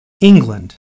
England